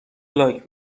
لاک